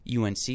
UNC